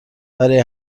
برای